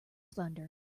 thunder